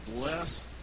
bless